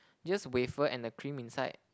just wafer and the cream inside